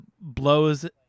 blows